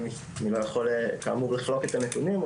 אני לא יכול כאמור לחלוק את הנתונים,